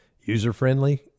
User-friendly